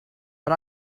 but